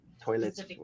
toilets